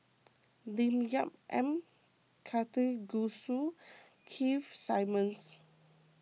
Lim Yau M Karthigesu Keith Simmons